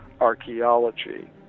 archaeology